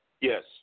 Yes